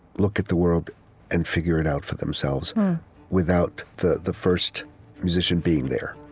look at the world and figure it out for themselves without the the first musician being there.